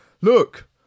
Look